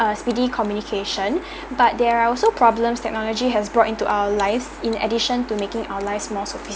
uh speedy communication but there are also problems technology has brought into our lives in addition to making our last more